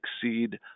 succeed